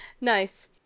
nice